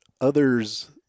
others